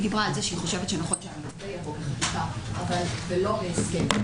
היא דיברה על כך שהיא חושבת שנכון שהנושא יבוא בחקיקה ולא בהסכם.